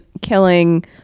killing